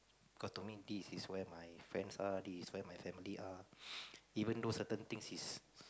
cause to me this is where my friends are this is where my family are even though certain things is